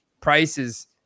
prices